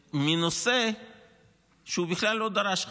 מנושא שבכלל לא דרש חקיקה,